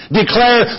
declare